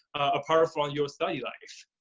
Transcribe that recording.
a part of um your study life.